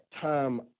time